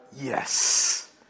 yes